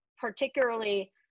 particularly